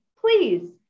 please